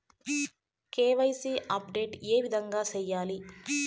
KYC update ఏ విధంగా సేయాలి?